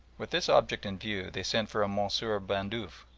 with this object in view they sent for a monsieur bandeuf,